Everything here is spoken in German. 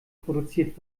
produziert